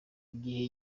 gihe